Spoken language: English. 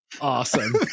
awesome